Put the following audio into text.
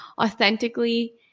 authentically